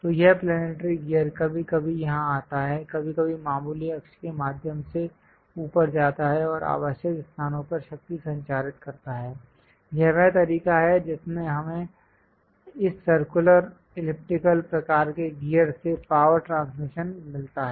तो यह planetary gear कभी कभी यहां आता है कभी कभी मामूली अक्ष के माध्यम से ऊपर जाता है और आवश्यक स्थानों पर शक्ति संचारित करता है यह वह तरीका है जिससे हमें इस सर्कुलर इलिप्टिकल प्रकार के गियर से पावर ट्रांसमिशन मिलता है